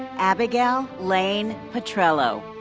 abigail laine patrello.